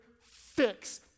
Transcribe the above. fix